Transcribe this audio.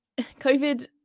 COVID